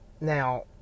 now